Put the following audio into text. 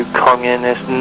communist